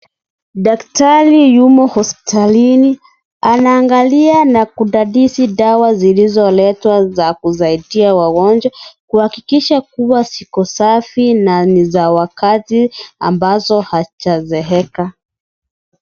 Daktari yumo hospitalini, anaangalia na kudadisi dawa zilizoletwa za kusaidia wagonjwa kuhakikisha kuwa ziko safi na ni za wakati ambazo hazijazeeka.